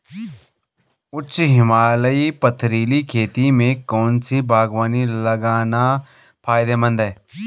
उच्च हिमालयी पथरीली खेती में कौन सी बागवानी लगाना फायदेमंद है?